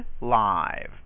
live